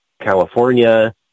California